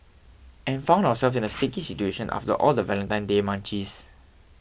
and found ourselves in a sticky situation after all the Valentine Day munchies